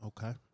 Okay